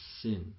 sin